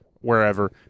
wherever